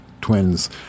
twins